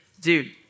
dude